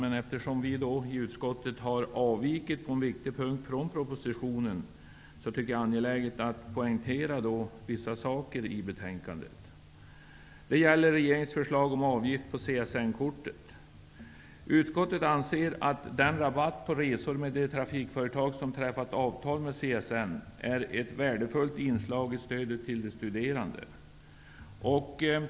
Men eftersom utskottet på en viktig punkt har avvikit från propositionen, tycker jag att det är angeläget att poängtera vissa saker i betänkandet. Det gäller regeringens förslag om avgift på CSN kortet. Utskottet anser att den rabatt på resor med de trafikföretag som har träffat avtal med CSN är ett värdefullt inslag i stödet till de studerande.